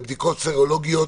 בבדיקות סרולוגיות,